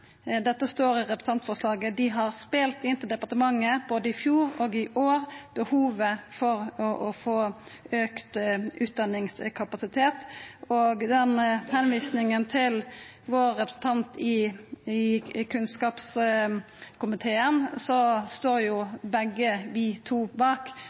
dette står i representantforslaget – har spelt inn til departementet både i fjor og i år behovet for å få auka utdanningskapasitet, og med omsyn til tilvisinga til vår representant i kunnskapskomiteen, står vi begge bak dette forslaget. Så